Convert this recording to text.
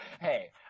Hey